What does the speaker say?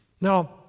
Now